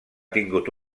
tingut